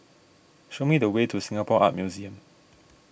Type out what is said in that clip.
show me the way to Singapore Art Museum